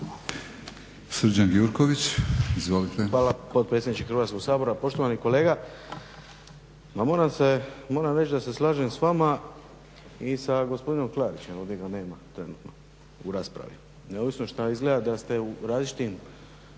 Hvala potpredsjedniče Hrvatskog sabora. Poštovani kolega ma moram reći da se slažem s vama i sa gospodinom Klarićem, ovdje ga nema trenutno u raspravi. Neovisno što izgleda da ste u različitim